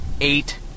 eight